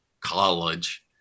college